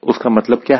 उसका मतलब क्या है